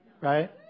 Right